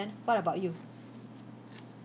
then what about you